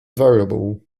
variable